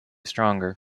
stronger